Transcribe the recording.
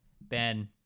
Ben